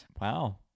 Wow